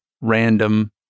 random